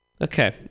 Okay